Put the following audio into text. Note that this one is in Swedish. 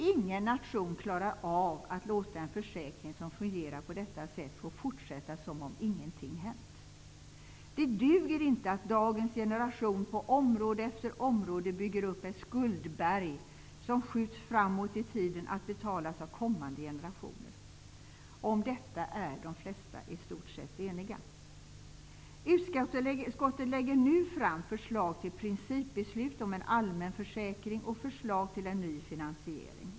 Ingen nation klarar av att låta en försäkring som fungerar på detta sätt få fortsätta att gälla som om ingenting hänt. Det duger inte att dagens generation på område efter område bygger upp ett skuldberg som skjuts framåt i tiden för att betalas av kommande generationer. Om detta är de flesta i stort sett eniga. Utskottet lägger nu fram förslag till principbeslut om en allmän försäkring och förslag till en ny finansiering.